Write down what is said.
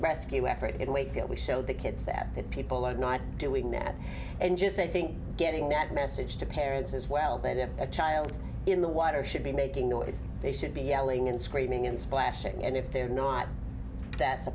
rescue effort in way can we show the kids that the people are not doing that and just i think getting that message to parents as well that if a child in the water should be making noise they should be yelling and screaming and splashing and if they're not that's a